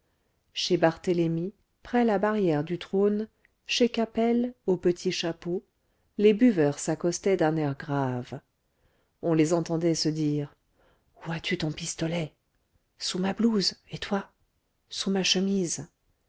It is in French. chez barthélemy près la barrière du trône chez capel au petit chapeau les buveurs s'accostaient d'un air grave on les entendait se dire où as-tu ton pistolet sous ma blouse et toi sous ma chemise